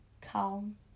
calm